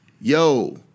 Yo